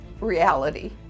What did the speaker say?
reality